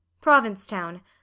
Provincetown